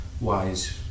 wise